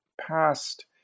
past